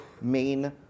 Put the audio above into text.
main